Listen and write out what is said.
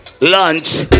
Lunch